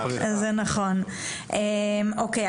אוקיי,